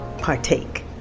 partake